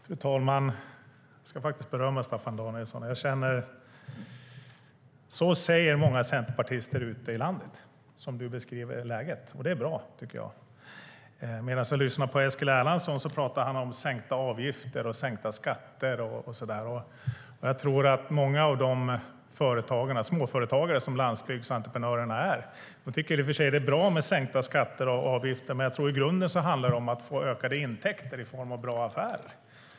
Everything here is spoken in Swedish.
Fru talman! Jag ska faktiskt berömma Staffan Danielsson. På det sätt som Staffan beskriver läget säger också många centerpartister ute i landet. Det är bra. Men Eskil Erlandsson talar om sänkta avgifter och sänkta skatter. Jag tror att många av småföretagarna, som landsbygdsentreprenörerna är, tycker att det är i och för sig bra med sänkta skatter och avgifter, men i grunden handlar det om att få ökade intäkter i form av bra affärer.